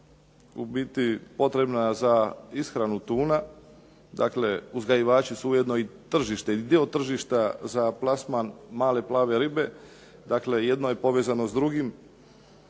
u biti potrebna za ishranu tuna, dakle uzgajivači su ujedno i tržište, dio tržišta za plasman male plave ribe. Dakle, jedno je povezano s drugim